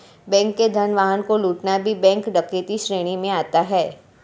bank के धन वाहन को लूटना भी बैंक डकैती श्रेणी में आता है